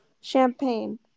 champagne